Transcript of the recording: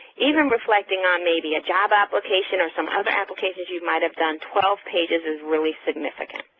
even reflecting on maybe a job application or some other applications you might have done, twelve pages is really significant.